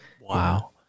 Wow